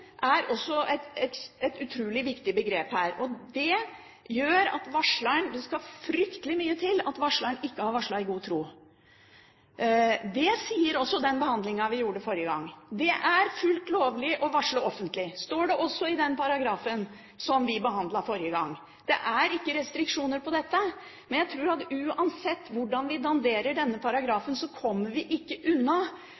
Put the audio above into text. det skal fryktelig mye til at varsleren ikke har varslet i god tro. Det sier også den behandlingen vi gjorde forrige gang. Det er fullt lovlig å varsle offentlig, står det også i den paragrafen som vi behandlet forrige gang. Det er ikke restriksjoner på dette. Men jeg tror at uansett hvordan vi danderer denne